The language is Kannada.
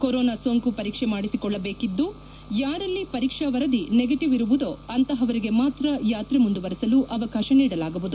ಕೊರೊನಾ ಸೋಂಕು ಪರೀಕ್ಷೆ ಮಾಡಿಸಿಕೊಳ್ಳಬೇಕಿದ್ದು ಯಾರಲ್ಲಿ ಪರೀಕ್ಷಾ ವರದಿ ನೆಗಟಿವ್ ಇರುವುದೋ ಅಂತಪವರಿಗೆ ಮಾತ್ರ ಯಾತ್ರೆ ಮುಂದುವರಿಸಲು ಅವಕಾಶ ನೀಡಲಾಗುವುದು